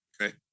Okay